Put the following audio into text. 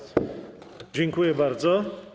Dziękuję bardzo.